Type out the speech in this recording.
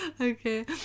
okay